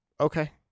Okay